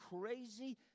crazy